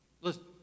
Listen